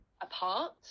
apart